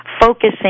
focusing